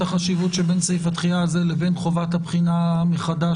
את החשיבות שבין סעיף התחילה הזה לבין חובת הבחינה מחדש